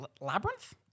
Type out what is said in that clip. Labyrinth